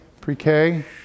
Pre-K